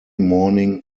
morning